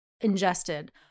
ingested